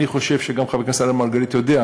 אני חושב שגם חבר הכנסת אראל מרגלית יודע.